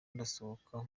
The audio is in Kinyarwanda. ndasohoka